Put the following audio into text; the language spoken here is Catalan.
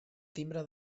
timbre